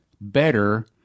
better